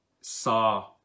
saw